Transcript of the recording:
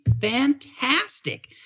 fantastic